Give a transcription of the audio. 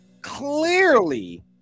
Clearly